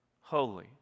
holy